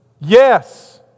Yes